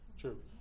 true